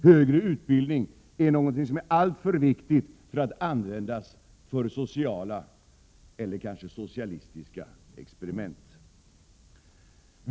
Högre utbildning är någonting som är alltför viktigt för att användas för sociala eller kanske socialistiska experiment.